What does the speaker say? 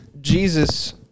Jesus